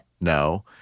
no